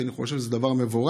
כי אני חושב שזה דבר מבורך.